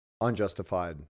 unjustified